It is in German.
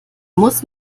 muss